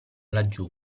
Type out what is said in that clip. laggiù